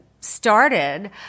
started